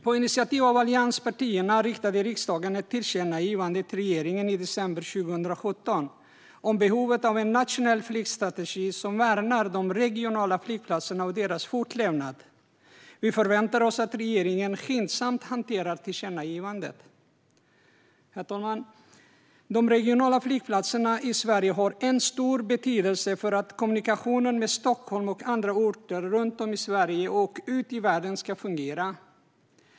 På initiativ av allianspartierna riktade riksdagen ett tillkännagivande till regeringen i december 2017 om behovet av en nationell flygstrategi som värnar de regionala flygplatserna och deras fortlevnad. Vi förväntar oss att regeringen skyndsamt hanterar tillkännagivandet. Herr talman! De regionala flygplatserna i Sverige har en stor betydelse för att kommunikationen med Stockholm och andra orter runt om i Sverige och ute i världen ska fungera.